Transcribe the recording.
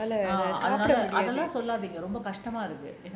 அதெல்லாம் சொல்லாதீங்க ரொம்ப கஷ்டமா இருக்கு:athellaam sollatheenga romba kashtamaa irukku